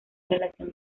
relación